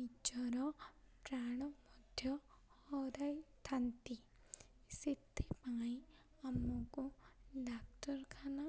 ନିଜର ପ୍ରାଣ ମଧ୍ୟ ହାରାଇଥାନ୍ତି ସେଥିପାଇଁ ଆମକୁ ଡ଼ାକ୍ତରଖାନା